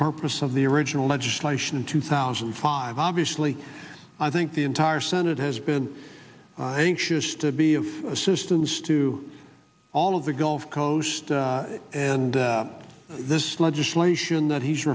purpose of the original legislation in two thousand and five obviously i think the entire senate has been anxious to be of assistance to all of the gulf coast and this legislation that he's